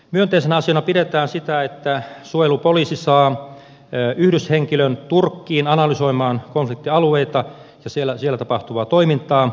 myönteisenä asiana pidetään sitä että suojelupoliisi saa yhdyshenkilön turkkiin analysoimaan konfliktialueita ja siellä tapahtuvaa toimintaa